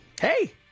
hey